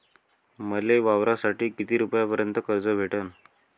मले वावरासाठी किती रुपयापर्यंत कर्ज भेटन?